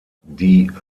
die